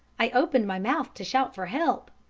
i opened my mouth to shout for help,